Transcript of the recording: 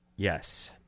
Yes